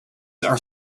are